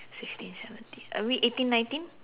sixteen seventeen uh maybe eighteen nineteen